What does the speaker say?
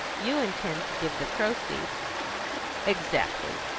you intend to give the proceeds exactly.